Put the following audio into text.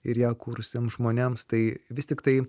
ir ją kūrusiems žmonėms tai vis tiktai